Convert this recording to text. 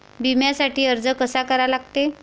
बिम्यासाठी अर्ज कसा करा लागते?